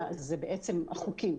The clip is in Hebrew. אלה בעצם החוקים,